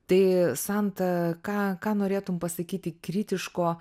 tai santa ką ką norėtum pasakyti kritiško